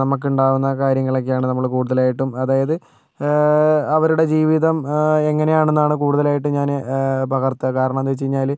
നമുക്കുണ്ടാകുന്ന കാര്യങ്ങളൊക്കെയാണ് നമ്മൾ കൂടുതലായിട്ടും അതായത് അവരുടെ ജീവിതം എങ്ങനെയാണെന്നാണ് കൂടുതലായിട്ടും ഞാൻ പകർത്തുക കാരണന്താണെന്ന് വെച്ചു കഴിഞ്ഞാൽ